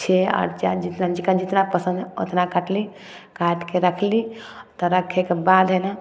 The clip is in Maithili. छे आओर चारि इन्चके जकरा जितना पसन्द हइ ओतना काटली आओर काटिके रखली आओर रखयके बाद हइ नऽ